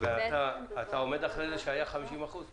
אתה עומד מאחורי זה ששמרו באמת על 50% בתחבורה ציבורית?